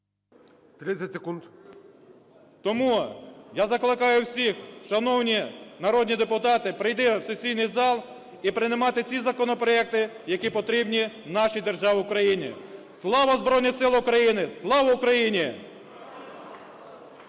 Тому я закликаю всіх, шановні народні депутати, прийти в сесійний зал і приймати ці законопроекти, які потрібні нашій державі Україні. Слава Збройним Силам України! Слава Україні!